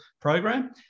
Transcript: program